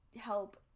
help